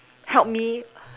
help me